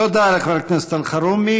תודה לחבר הכנסת אלחרומי.